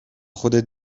خودت